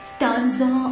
Stanza